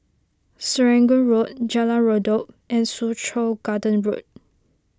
Serangoon Road Jalan Redop and Soo Chow Garden Road